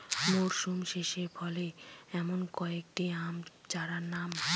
মরশুম শেষে ফলে এমন কয়েক টি আম চারার নাম?